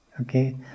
Okay